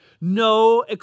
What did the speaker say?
No